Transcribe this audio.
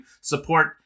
support